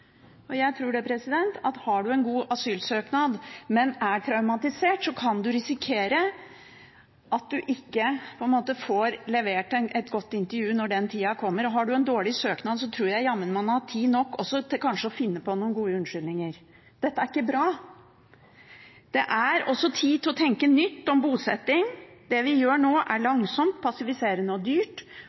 Jeg tror at hvis man har en god asylsøknad, men er traumatisert, kan man risikere at man ikke får levert et godt intervju når den tida kommer. Har man en dårlig søknad, tror jeg jammen man har tid nok også til kanskje å finne på noen gode unnskyldninger. Dette er ikke bra. Det er også tid til å tenke nytt om bosetting. Det vi gjør nå, er langsomt, passiviserende og dyrt.